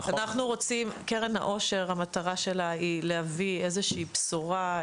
המטרה של קרן העושר היא להביא איזושהי בשורה,